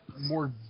more